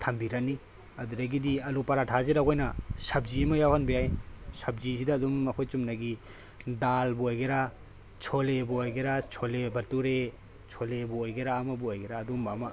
ꯊꯝꯕꯤꯔꯅꯤ ꯑꯗꯨꯗꯒꯤꯗꯤ ꯑꯂꯨ ꯄꯔꯥꯊꯥꯖꯤꯗ ꯑꯩꯈꯣꯏꯅ ꯁꯞꯖꯤ ꯑꯃ ꯌꯥꯎꯍꯟꯕ ꯌꯥꯏ ꯁꯞꯖꯤꯁꯤꯗ ꯑꯗꯨꯝ ꯑꯩꯈꯣꯏ ꯆꯨꯝꯅꯒꯤ ꯗꯥꯜꯕꯨ ꯑꯣꯏꯒꯦꯔꯥ ꯁꯣꯂꯦꯕꯨ ꯑꯣꯏꯒꯦꯔꯥ ꯁꯣꯂꯦ ꯕꯇꯨꯔꯦ ꯁꯣꯂꯦꯕꯨ ꯑꯣꯏꯒꯦꯔꯥ ꯑꯃꯕꯨ ꯑꯣꯏꯒꯦꯔꯥ ꯑꯗꯨꯝꯕ ꯑꯃ